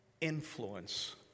influence